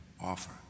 offer